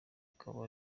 akaba